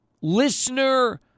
listener